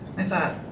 i thought,